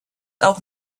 auch